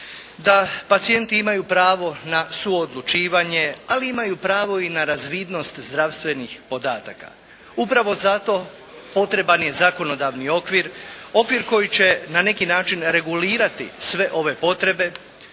da pacijenti imaju pravo na suodlučivanje, ali imaju i pravo na razvidnost zdravstvenih podataka. Upravo zato potreban je zakonodavni okvir, okvir koji će na neki način regulirati sve ove potrebe,